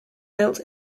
built